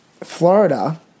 Florida